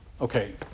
okay